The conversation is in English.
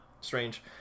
Strange